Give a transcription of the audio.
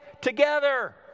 together